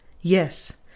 yes